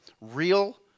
real